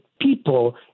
people